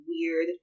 weird